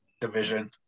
division